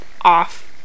off